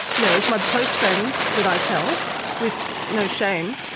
you know it's my close friends that i tell with no shame,